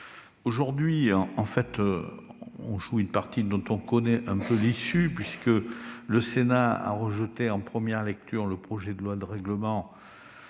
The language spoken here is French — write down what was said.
aujourd'hui, nous jouons une partie dont nous connaissons déjà l'issue, puisque le Sénat a rejeté en première lecture le projet de loi de règlement